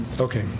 Okay